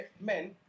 men